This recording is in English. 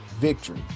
victory